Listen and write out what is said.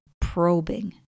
probing